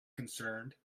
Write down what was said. concerned